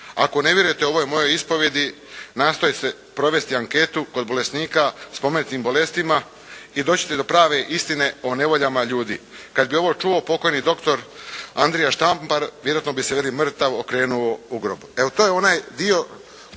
Ako ne vjerujete ovoj mojoj ispovijedi nastojite provesti anketu kod bolesnika spomenutim bolestima i doći ćete do prave istine o nevoljama ljudi. Kad bi ovo čuo pokojni doktor Andrija Štampar vjerojatno bi se veli mrtav okrenuo u grobu. Evo to je onaj dio